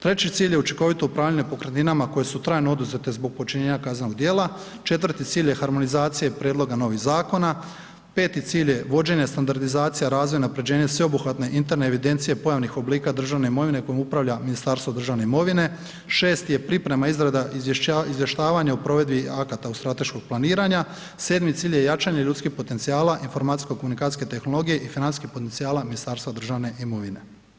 Treći cilj je učinkovito upravljanje pokretninama koje su trajno oduzete zbog počinjenja kaznenog djela, četvrti cilj je harmonizacija prijedloga novih zakona, peti cilj je vođenje, standardizacija, razvoj, unaprjeđenje sveobuhvatne interne evidencije pojavnih oblika državne imovine kojom upravlja Ministarstvo imovine, šesti je priprema, izrada, izvještavanje o provedbi akata od strateškog planiranja, sedmi cilj je jačanje ljudskih potencijala, informacijsko-komunikacijske tehnologije i financijskih potencijala Ministarstva državne imovine.